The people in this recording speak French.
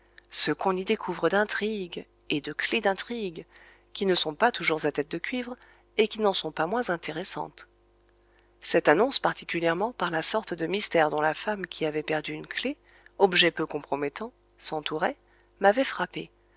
ce qu'on y découvre d'intrigues et de clefs d'intrigues qui ne sont pas toujours à tête de cuivre et qui n'en sont pas moins intéressantes cette annonce particulièrement par la sorte de mystère dont la femme qui avait perdu une clef objet peu compromettant s'entourait m'avait frappé